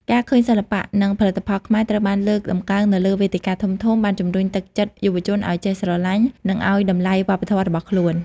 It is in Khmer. ការឃើញសិល្បៈ និងផលិតផលខ្មែរត្រូវបានលើកតម្កើងនៅលើវេទិកាធំៗបានជំរុញទឹកចិត្តយុវជនឱ្យចេះស្រឡាញ់ និងឱ្យតម្លៃវប្បធម៌របស់ខ្លួន។